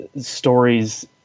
stories